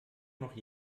noch